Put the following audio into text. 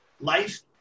life